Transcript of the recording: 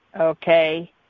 okay